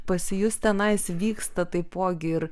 pas jus tenais vyksta taipogi ir